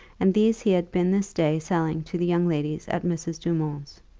and these he had been this day selling to the young ladies at mrs. dumont's.